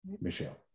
Michelle